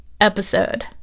episode